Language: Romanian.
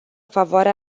favoarea